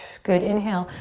good, inhale.